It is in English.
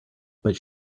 but